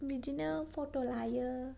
बिदिनो फट' लायो